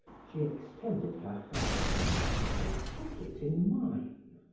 she extended her hand and i took it in mine.